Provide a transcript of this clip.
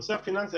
הנושא הפיננסי,